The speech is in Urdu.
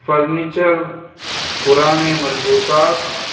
فرنیچر پرانے ملبوسات